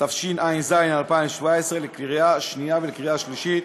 התשע"ז 2017, לקריאה שנייה ולקריאה שלישית.